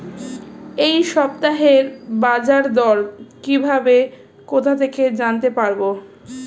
এই সপ্তাহের বাজারদর কিভাবে কোথা থেকে জানতে পারবো?